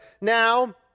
Now